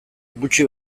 gutxi